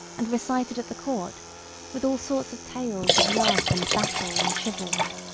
and recited at the court with all sorts of tales of love and battle and chivalry.